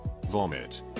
vomit